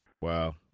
Wow